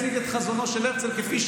וכל אחד מציג את חזונו של הרצל בראייתו